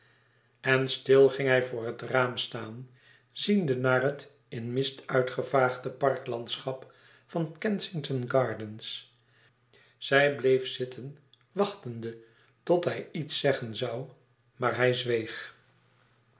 en stil ging hij voor het raam staan ziende naar het in mist uitgevaagde parklandschap van kensington gardens zij bleef zitten wachtende tot hij iets zeggen zoû maar hij zweeg